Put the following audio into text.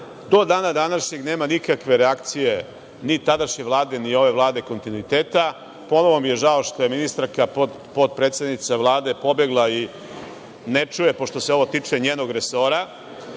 do dana današnjeg nema nikakve reakcije ni tadašnje Vlade, ni ove Vlade kontinuiteta. Ponovo mi je žao što je ministarka, potpredsednica Vlade, pobegla i ne čuje, pošto se ovo tiče njenog resora,